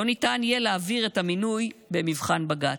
ניתן יהיה להעביר את המינוי במבחן בג"ץ.